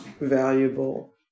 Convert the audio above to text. valuable